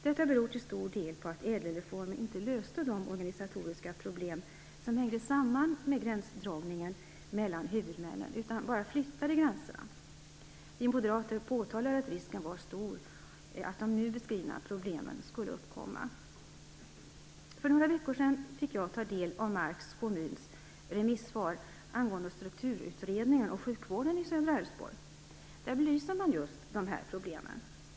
Detta beror till stor del på att ÄDEL-reformen inte löste de organisatoriska problem som hängde samman med gränsdragningen mellan huvudmännen utan bara flyttade gränserna. Vi moderater påtalade att risken var stor att de nu beskrivna problemen skulle uppkomma. För några veckor sedan fick jag ta del av Marks kommuns remissvar angående strukturutredningen och sjukvården i södra Älvsborg. Där belyser man just dessa problem.